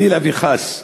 חלילה וחס,